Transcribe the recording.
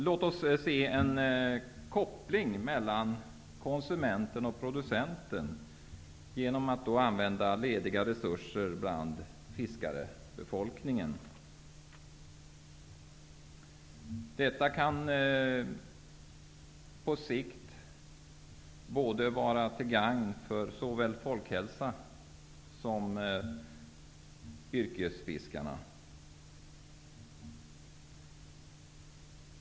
Låt oss göra en koppling mellan konsumenten och producenten genom att använda lediga resurser bland fiskarebefolkningen. Detta kan på sikt vara till gagn för såväl folkhälsa som yrkesfiskarna.